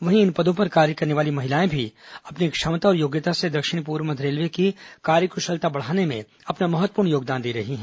वहीं इन पदों पर कार्य करने वाली महिलाएं भी अपनी क्षमता और योग्यता से दक्षिण पूर्व मध्य रेलवे की कार्य कुशलता बढ़ाने में अपना महत्वपूर्ण योगदान दे रही हैं